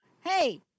Hey